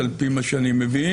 על פי מה שאני מבין,